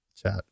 chat